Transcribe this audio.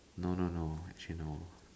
no no no actually no